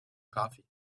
coffee